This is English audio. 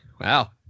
Wow